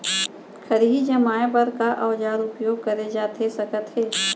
खरही जमाए बर का औजार उपयोग करे जाथे सकत हे?